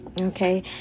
Okay